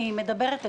אני מדברת אליכם,